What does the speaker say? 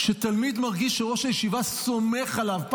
כשתלמיד מרגיש שראש הישיבה סומך עליו,